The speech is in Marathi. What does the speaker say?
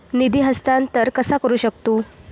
निधी हस्तांतर कसा करू शकतू?